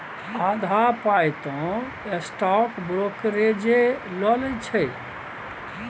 आधा पाय तँ स्टॉक ब्रोकरेजे लए लैत छै